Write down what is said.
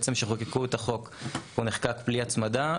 כשחוקקו את החוק הוא נחקק בלי הצמדה,